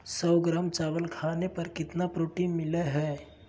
सौ ग्राम चावल खाने पर कितना प्रोटीन मिलना हैय?